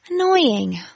Annoying